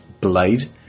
Blade